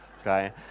Okay